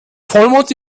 vollmond